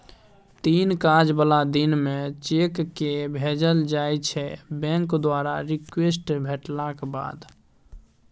तीन काज बला दिन मे चेककेँ भेजल जाइ छै बैंक द्वारा रिक्वेस्ट भेटलाक बाद